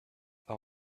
are